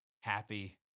happy